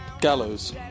Gallows